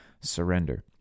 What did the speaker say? surrender